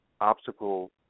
obstacle